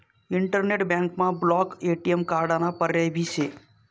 internet बँकमा block ATM कार्डाना पर्याय भी शे